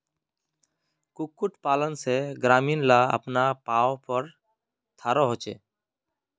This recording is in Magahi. कुक्कुट पालन से ग्रामीण ला अपना पावँ पोर थारो होचे